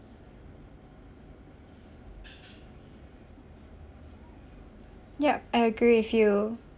yup I agree with you